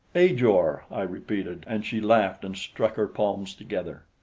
ajor! i repeated, and she laughed and struck her palms together.